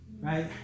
right